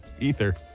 ether